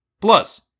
Plus